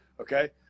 Okay